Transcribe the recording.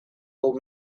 old